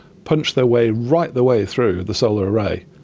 punch their way right the way through the solar array.